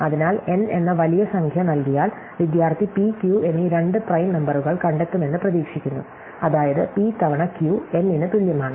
അതിനാൽ N എന്ന വലിയ സംഖ്യ നൽകിയാൽ വിദ്യാർത്ഥി p q എന്നീ രണ്ട് പ്രൈം നമ്പറുകൾ കണ്ടെത്തുമെന്ന് പ്രതീക്ഷിക്കുന്നു അതായത് p തവണ q N ന് തുല്യമാണ്